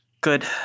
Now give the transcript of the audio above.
Good